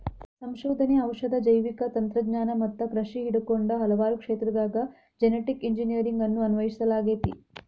ಸಂಶೋಧನೆ, ಔಷಧ, ಜೈವಿಕ ತಂತ್ರಜ್ಞಾನ ಮತ್ತ ಕೃಷಿ ಹಿಡಕೊಂಡ ಹಲವಾರು ಕ್ಷೇತ್ರದಾಗ ಜೆನೆಟಿಕ್ ಇಂಜಿನಿಯರಿಂಗ್ ಅನ್ನು ಅನ್ವಯಿಸಲಾಗೆತಿ